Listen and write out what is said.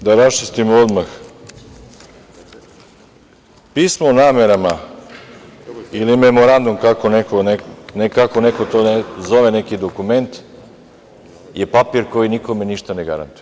Prvo, da raščistimo odmah, pismo o namerama ili memorandum, kako neko nazove neki dokument, je papir koji nikome ništa ne garantuje.